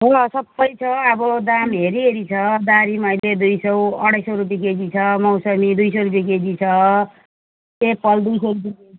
छ सबै छ अब दाम हेरि हेरि छ दारिम अहिले दुई सौ अढाई सौ रुपियाँ केजी छ मौसमी दुई सौ रुपियाँ केजी छ एप्पल दुई सौ रुपियाँ केजी छ